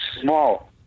small